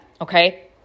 okay